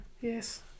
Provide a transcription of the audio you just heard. Yes